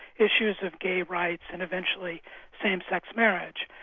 issues of gay rights and eventually same-sex marriage.